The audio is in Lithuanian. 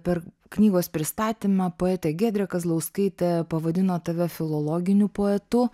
per knygos pristatymą poetė giedrė kazlauskaitė pavadino tave filologiniu poetu